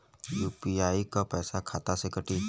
UPI क पैसा खाता से कटी?